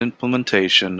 implementation